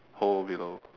hole below